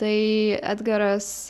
tai edgaras